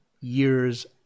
years